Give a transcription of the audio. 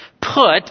Put